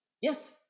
Yes